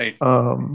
Right